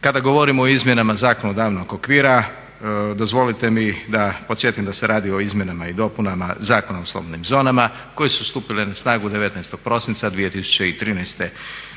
Kada govorimo o izmjenama zakonodavnog okvira dozvolite mi da podsjetim da se radi o izmjenama i dopunama Zakona o slobodnim zonama koje su stupile na snagu 19. prosinca 2013. godine